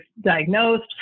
diagnosed